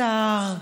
השר,